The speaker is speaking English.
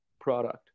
product